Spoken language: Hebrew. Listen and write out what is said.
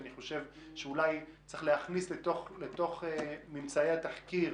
אני חושב שאולי צריך להכניס לתוך ממצאי התחקיר